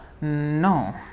No